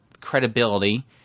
credibility